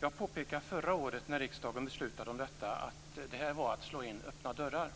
Jag påpekade förra året när riksdagen beslutade om detta att det var att slå in öppna dörrar.